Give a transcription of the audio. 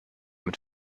mit